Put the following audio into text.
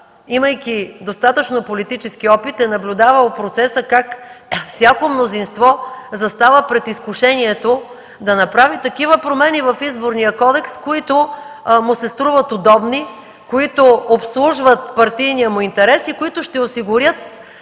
имайки достатъчно политически опит, е наблюдавал процеса как всяко мнозинство застава пред изкушението да направи такива промени в Изборния кодекс, които му се струват удобни, които обслужват партийния му интерес и които ще осигурят